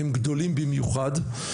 הם גדולים במיוחד.